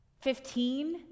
Fifteen